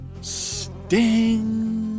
Sting